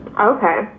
Okay